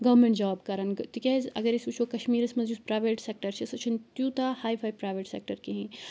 government job کَران تِکیازِ اگر أسۍ وٕچھو کشمیٖرس منٛز یُس پرایویٹ سیٚکٹر چھُ سُہ چھُنہٕ تیوٗتاہ ہاے فاے پرایویٹ سیٚکٹر کہیٖنۍ